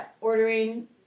ordering